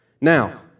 Now